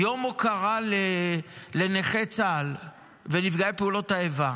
יום הוקרה לנכי צה"ל ונפגעי פעולות האיבה.